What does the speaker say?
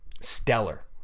stellar